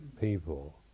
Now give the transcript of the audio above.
people